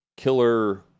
Killer